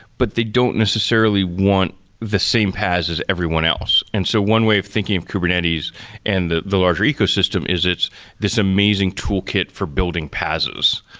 but they don't necessarily want the same paas as everyone else and so one way of thinking of kubernetes and the the larger ecosystem is it's this amazing toolkit for building paas,